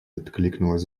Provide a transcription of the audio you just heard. откликнулась